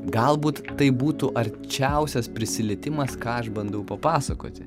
galbūt tai būtų arčiausias prisilietimas ką aš bandau papasakoti